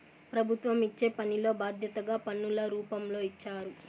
ప్రభుత్వం ఇచ్చే పనిలో బాధ్యతగా పన్నుల రూపంలో ఇచ్చారు